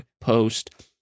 post